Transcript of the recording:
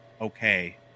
okay